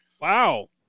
Wow